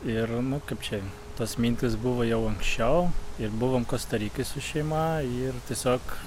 ir nu kaip čia tos mintys buvo jau anksčiau ir buvom kostarikoj su šeima ir tiesiog